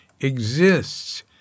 exists